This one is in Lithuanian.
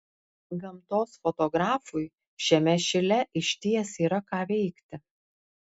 gamtos fotografui šiame šile išties yra ką veikti